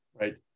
Right